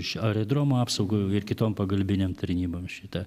iš aerodromų apsaugų ir kitom pagalbinėm tarnybom šita